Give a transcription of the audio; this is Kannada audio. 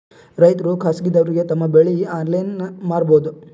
ರೈತರು ಖಾಸಗಿದವರಗೆ ತಮ್ಮ ಬೆಳಿ ಆನ್ಲೈನ್ ಮಾರಬಹುದು?